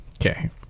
Okay